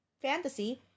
fantasy